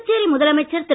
புதுச்சேரி முதலமைச்சர் திரு